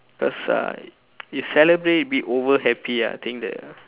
because uh you celebrate a bit over happy ah I think that